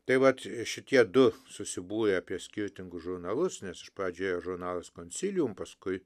tai vat šitie du susibūrę apie skirtingus žurnalus nes iš pradžioje žurnalas konsilium paskui